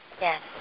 Yes